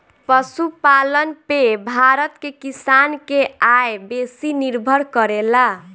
पशुपालन पे भारत के किसान के आय बेसी निर्भर करेला